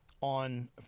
on